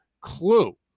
clue